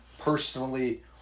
personally